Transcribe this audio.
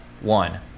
one